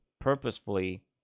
purposefully